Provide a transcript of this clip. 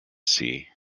sea